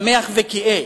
שמח וגאה